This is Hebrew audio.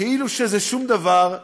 כאילו זה שום דבר,